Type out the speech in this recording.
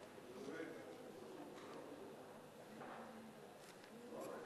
(מס' 104), התשע"ב 2012, נתקבל.